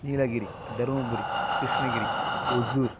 Nilgiri Dharmapuri Krishnagiri Hosur